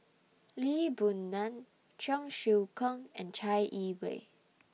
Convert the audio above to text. Lee Boon Ngan Cheong Siew Keong and Chai Yee Wei